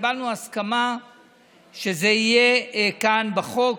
קיבלנו הסכמה שזה יהיה כאן בחוק,